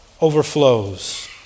overflows